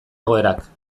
egoerak